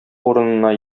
урынына